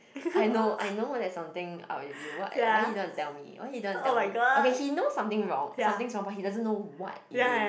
I know I know there's something up with you what why you don't want to tell me why you don't want to tell me okay he knows something wrong something's wrong but he doesn't know what it is